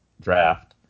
Draft